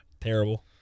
Terrible